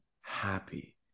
happy